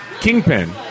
Kingpin